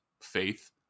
Faith